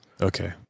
Okay